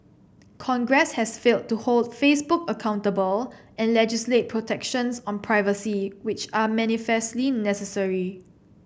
congress has failed to hold Facebook accountable and legislate protections on privacy which are manifestly necessary